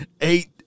Eight